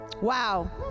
wow